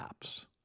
apps